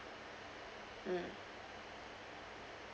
mm